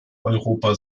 europa